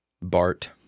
Bart